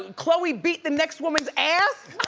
and khloe beat the next woman's ass,